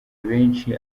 benshi